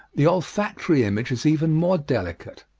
the olfactory image is even more delicate.